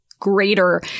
greater